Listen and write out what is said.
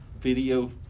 video